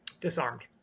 Disarmed